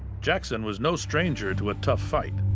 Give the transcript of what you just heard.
jackson was no stranger to a tough fight.